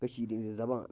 کٔشیٖرِ ہٕنٛزِ زَبان